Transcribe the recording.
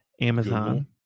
Amazon